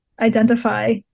identify